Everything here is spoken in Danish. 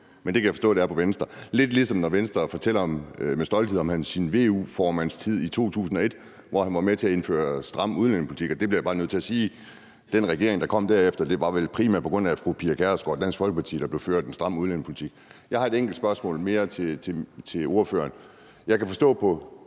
men det kan jeg forstå det er for Venstre, lidt ligesom når Venstres ordfører fortæller med stolthed om sin VU-formandstid i 2001, hvor han var med til at indføre stram udlændingepolitik. Og til det bliver jeg bare nødt til at sige: I den regering, der kom derefter, var det vel primært på grund af fru Pia Kjærsgaard og Dansk Folkeparti, at der blev ført en stram udlændingepolitik. Jeg har et enkelt spørgsmål mere til ordføreren. Jeg kan forstå på